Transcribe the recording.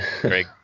Greg